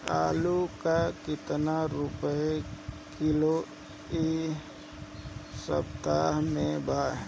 आलू का कितना रुपया किलो इह सपतह में बा?